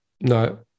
no